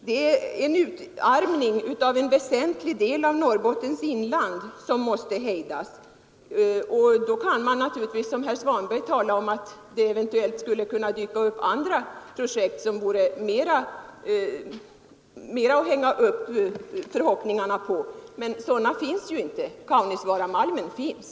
Det sker en utarmning av en väsentlig del av Norrbottens inland, vilken måste hejdas. Då kan man naturligtvis, såsom herr Svanberg sade, hoppas på att det eventuellt kan dyka upp andra projekt, mera lämpade att hänga upp förhoppningarna på. Men sådana finns ju inte. Kaunisvaaramalmen finns.